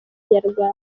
inyarwanda